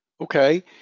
Okay